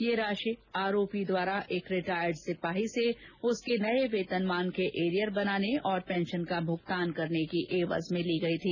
यह राशि आरोपी द्वारा एक रिटायर्ट सिपाही से उसके नए वेतनमान के एरियर बनाने तथा पेंशन का भुगतान करने की एवज में ली गयी